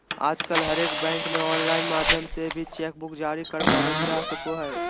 आजकल हरेक बैंक मे आनलाइन माध्यम से भी चेक बुक जारी करबावल जा सको हय